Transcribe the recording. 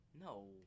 No